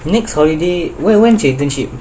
next holiday when when is your internship